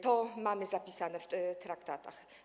To mamy zapisane w traktatach.